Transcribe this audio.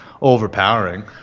overpowering